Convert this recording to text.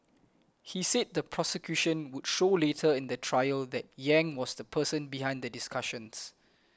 he said the prosecution would show later in the trial that Yang was the person behind the discussions